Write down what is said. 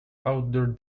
outdoor